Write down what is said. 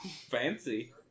Fancy